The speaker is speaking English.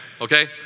okay